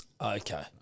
Okay